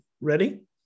Ready